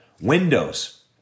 Windows